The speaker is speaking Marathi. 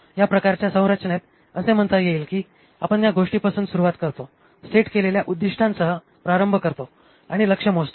या प्रकारच्या संरचनेत असे म्हणता येईल की आपण या गोष्टीपासून सुरुवात करतो सेट केलेल्या उद्दीष्टांसह प्रारंभ करतो आणि लक्ष्य मोजतो